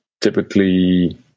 typically